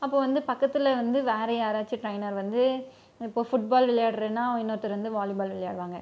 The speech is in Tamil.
அப்போது வந்து பக்கத்தில் வந்து வேற யாராச்சு ட்ரைனர் வந்து இப்போது ஃபுட்பால் விளையாடுகிறனா இன்னொருத்தர் வந்து வாலிபால் விளையாடுவாங்க